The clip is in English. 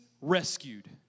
rescued